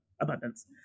abundance